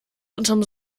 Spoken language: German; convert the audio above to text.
unterm